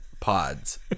pods